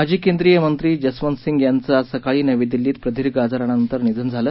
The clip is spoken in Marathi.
माजी केंद्रीय मंत्री जसवंत सिंग यांचं आज सकाळी नवी दिल्लीत प्रदीर्घ आजारानंतर निधन झालं